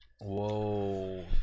Whoa